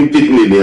אם תתני לי,